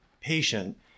patient